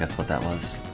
that was